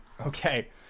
okay